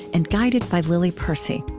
and guided by lily percy